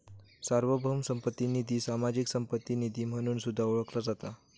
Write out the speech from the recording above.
सार्वभौम संपत्ती निधी, सामाजिक संपत्ती निधी म्हणून सुद्धा ओळखला जाता